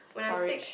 porridge